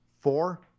Four